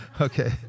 okay